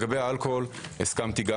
גם לגבי האלכוהול הסכמתי.